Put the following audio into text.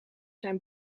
zijn